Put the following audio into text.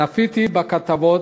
צפיתי בכתבות,